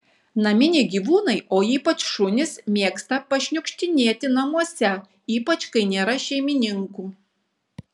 naminiai gyvūnai o ypač šunys mėgsta pašniukštinėti namuose ypač kai nėra šeimininkų